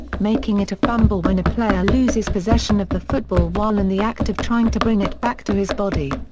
making it a fumble when a player loses possession of the football while in the act of trying to bring it back to his body.